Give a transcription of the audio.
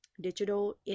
digital